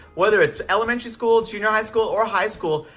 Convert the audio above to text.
whether it's elementary school, junior high school, or high school,